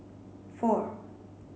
four